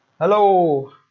Hello